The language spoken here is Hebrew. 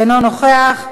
אינו נוכח.